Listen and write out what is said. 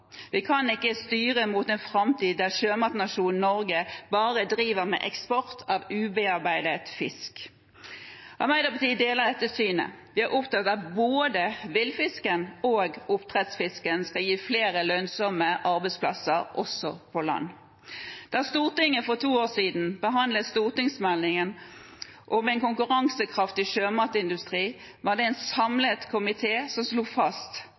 kan ikke styre mot en fremtid der sjømatnasjonen Norge bare driver med eksport av ubearbeidet fisk», sier han. Arbeiderpartiet deler dette synet. Vi er opptatt av at både villfisken og oppdrettsfisken skal gi flere lønnsomme arbeidsplasser også på land. Da Stortinget for to år siden behandlet stortingsmeldingen om en konkurransekraftig sjømatindustri, var det en samlet komité som slo fast